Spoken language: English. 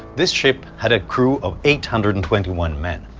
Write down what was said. this ship had a crew of eight hundred and twenty one men.